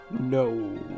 No